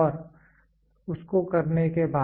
और उसको करने के बाद